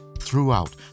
Throughout